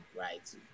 right